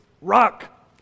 rock